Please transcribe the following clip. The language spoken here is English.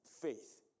faith